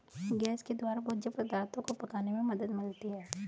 gas के द्वारा भोज्य पदार्थो को पकाने में मदद मिलती है